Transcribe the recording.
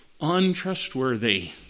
untrustworthy